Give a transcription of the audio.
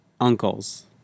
uncles